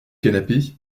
canapé